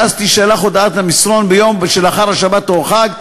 שאז תישלח הודעת המסרון ביום שלאחר השבת או החג.